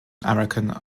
american